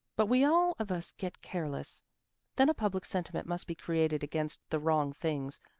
but we all of us get careless then a public sentiment must be created against the wrong things,